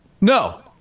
No